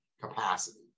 capacity